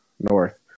North